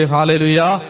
Hallelujah